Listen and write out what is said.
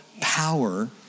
power